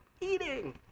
eating